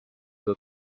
will